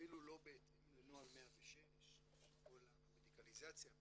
הם אפילו לא בהתאם לנוהל 106 או למדיקליזציה.